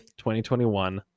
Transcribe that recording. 2021